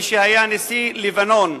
מי שהיה נשיא לבנון,